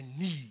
need